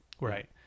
Right